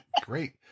great